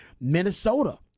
Minnesota